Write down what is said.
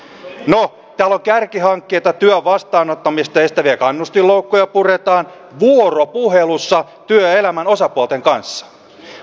täällä on kärkihankkeita työn vastaanottamista ja sitten vielä kannustinloukkuja puretaan vuoropuhelussa työelämän osapuolten kanssa